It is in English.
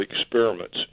experiments